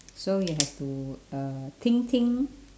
so you have to uh think think